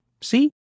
See